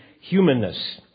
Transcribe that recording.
humanness